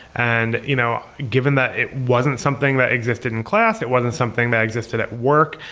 and you know given that it wasn't something that existed in class, it wasn't something that existed at work,